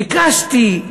ביקשתי,